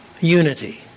unity